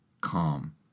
calm